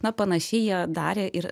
na panašiai jie darė ir